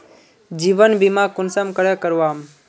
जीवन बीमा कुंसम करे करवाम?